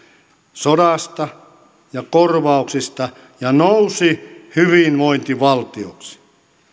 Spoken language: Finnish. sodasta ja korvauksista ja nousi hyvinvointivaltioksi